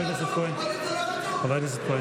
והבימה והקאמרי, הורדת?